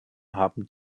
haben